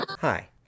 Hi